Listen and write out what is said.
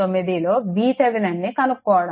9 లో VThevenin ని కనుక్కోవడం